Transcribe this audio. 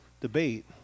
debate